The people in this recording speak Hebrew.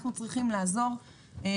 כאן אנחנו צריכים לעזור לתינוק.